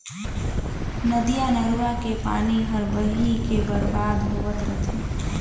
नदिया नरूवा के पानी हर बही के बरबाद होवत रथे